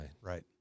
Right